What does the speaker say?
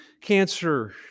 cancer